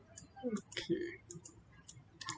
okay